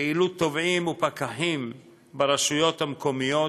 פעילות תובעים ופקחים ברשויות המקומיות,